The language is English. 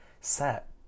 set